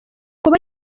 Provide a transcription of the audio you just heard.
kuba